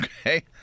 okay